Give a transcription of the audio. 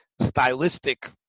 stylistic